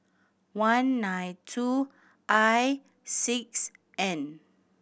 one nine two I six N